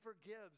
forgives